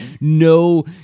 no